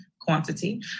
quantity